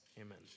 Amen